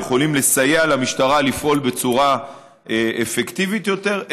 ויכולים לסייע למשטרה לפעול בצורה אפקטיבית יותר,